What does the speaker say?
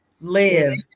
live